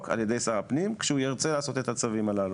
על ידי שר הפנים כשהוא ירצה לעשות את הצווים הללו.